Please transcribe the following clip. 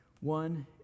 One